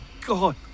God